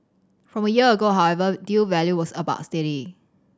from a year ago however deal value was about steady